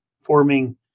forming